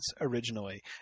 originally